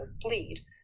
bleed